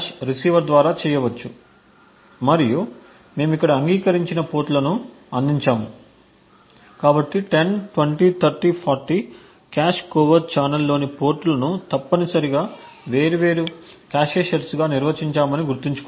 receiver ద్వారా చేయవచ్చు మరియు మేము ఇక్కడ అంగీకరించిన పోర్ట్లను అందించాము కాబట్టి 10 20 30 40 కాష్ కోవర్ట్ ఛానెల్లోని పోర్ట్లను తప్పనిసరిగా వేర్వేరు కాష్ సెట్లుగా నిర్వచించామని గుర్తుంచుకోండి